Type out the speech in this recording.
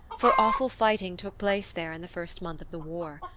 for awful fighting took place there in the first month of the war.